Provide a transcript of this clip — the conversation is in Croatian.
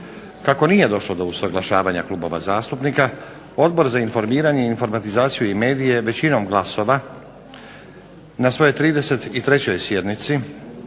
Kako nije došlo do usuglašavanja klubova zastupnika Odbor za informiranje, informatizaciju i medije većinom glasova na svojoj 33. sjednici